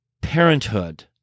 parenthood